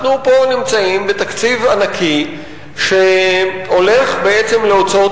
אנחנו פה נמצאים בתקציב ענקי שהולך בעצם להוצאות